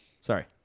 sorry